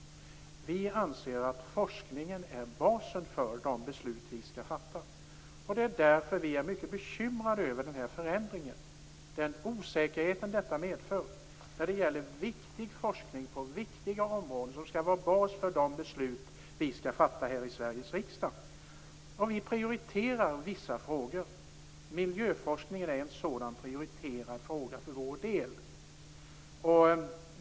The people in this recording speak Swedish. Vi anser att forskningen är basen för de beslut vi skall fatta. Därför är vi mycket bekymrade över den här förändringen och den osäkerhet den medför när det gäller viktig forskning på viktiga områden - forskning som skall ligga till grund för de beslut vi skall fatta här i Sveriges riksdag. Vi prioriterar vissa frågor. Miljöforskningen är en sådan prioriterad fråga för vår del.